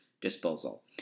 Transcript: disposal